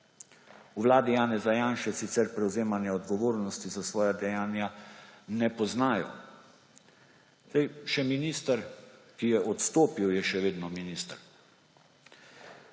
V vladi Janeza Janše sicer prevzemanja odgovornosti za svoja dejanja ne poznajo – saj še minister, ki je odstopil, je še vedno minister.